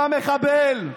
אתה מחבל,